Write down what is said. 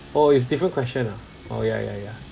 oh it's different question ah oh yeah yeah yeah